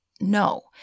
No